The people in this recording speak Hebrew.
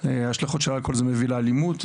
ההשלכות של האלכוהול זה מביא לאלימות,